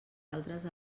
altres